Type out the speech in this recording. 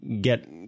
get